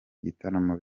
igitaramo